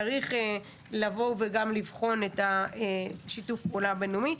צריך לבוא וגם לבחון את שיתוף הפעולה הבינלאומי.